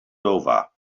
over